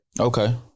Okay